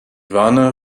warne